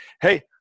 hey